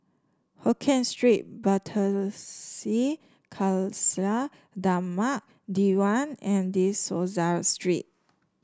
Hokien Street Pardesi Khalsa Dharmak Diwan and De Souza Street